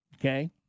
okay